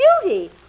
beauty